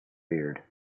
beard